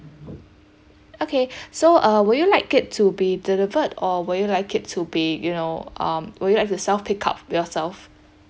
okay so uh would you like it to be delivered or would you like it to be you know um would you like to self pick up yourself